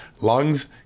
lungs